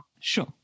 Sure